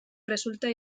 resulta